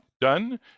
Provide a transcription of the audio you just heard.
done